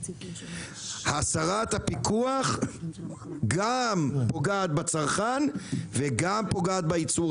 הסרת הפיקוח גם פוגעת בצרכן וגם פוגעת בייצור